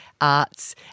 arts